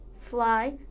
fly